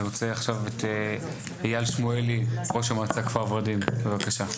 אני רוצה עכשיו את אייל שמואלי ראש המועצה כפר ורדים בבקשה.